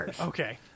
Okay